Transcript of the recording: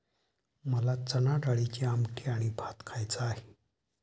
मला चणाडाळीची आमटी आणि भात खायचा आहे